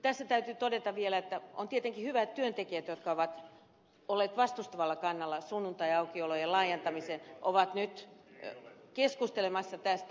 tässä täytyy todeta vielä että on tietenkin hyvä että työntekijät jotka ovat olleet vastustavalla kannalla sunnuntaiaukiolojen laajentamiseen ovat nyt keskustelemassa tästä